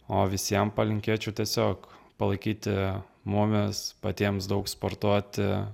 o visiem palinkėčiau tiesiog palaikyti mumis patiems daug sportuoti